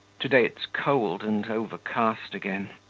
to-day it's cold and overcast again.